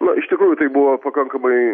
na iš tikrųjų tai buvo pakankamai